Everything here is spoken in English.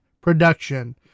production